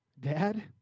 Dad